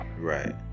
right